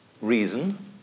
reason